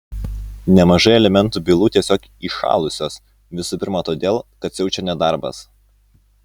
nemažai alimentų bylų tiesiog įšalusios visų pirma todėl kad siaučia nedarbas